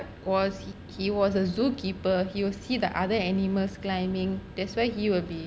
was he he was a zookeeper he will see the other animals climbing that's where he will be